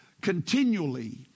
continually